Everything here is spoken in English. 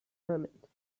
moment